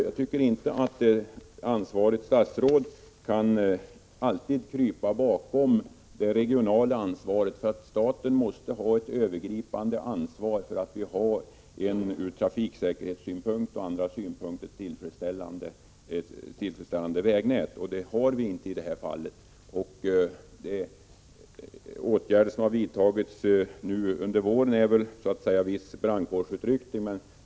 Jag tycker inte ett ansvarigt statsråd alltid kan krypa bakom det regionala ansvaret. Staten måste ha ett övergripande ansvar för att vi har ett ur trafiksäkerhetssynpunkt och andra synpunkter tillfredsställande vägnät, och det har vi inte i det här fallet. De åtgärder som har vidtagits under våren är väl snarast en brandkårsut 105 ryckning.